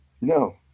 no